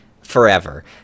forever